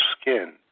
skin